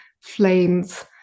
flames